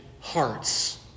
hearts